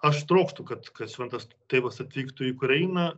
aš trokštu kad kad šventas tėvas atvyktų į ukrainą